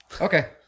Okay